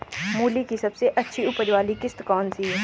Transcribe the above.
मूली की सबसे अच्छी उपज वाली किश्त कौन सी है?